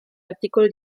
articolo